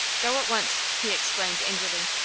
go at once, he exclaimed, angrily,